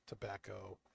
tobacco